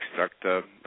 extract